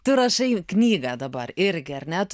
tu rašai knygą dabar irgi ar ne